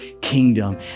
kingdom